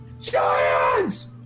Giants